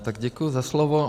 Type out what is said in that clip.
Tak děkuji za slovo.